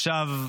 עכשיו,